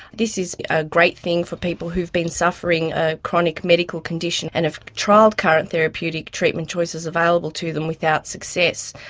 this is a great thing for people who've been suffering a chronic medical condition and have trialled current therapeutic treatment choices available to them without success.